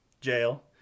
jail